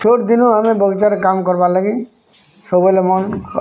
ଗୋଟ୍ ଦିନ୍ ଆମେ ବଗିଚାରେ କାମ କର୍ବା ଲାଗି ସବୁବେଲେ ମୁଇ